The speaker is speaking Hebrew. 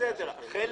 למה?